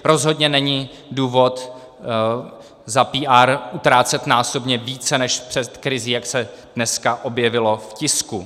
Rozhodně není důvod za PR utrácet násobně více než před krizí, jak se dneska objevilo v tisku.